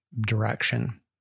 direction